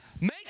make